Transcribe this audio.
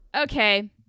Okay